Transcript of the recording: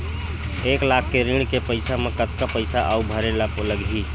एक लाख के ऋण के पईसा म कतका पईसा आऊ भरे ला लगही?